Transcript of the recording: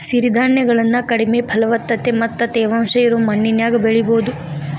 ಸಿರಿಧಾನ್ಯಗಳನ್ನ ಕಡಿಮೆ ಫಲವತ್ತತೆ ಮತ್ತ ತೇವಾಂಶ ಇರೋ ಮಣ್ಣಿನ್ಯಾಗು ಬೆಳಿಬೊದು